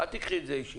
אל תיקחי את זה אישית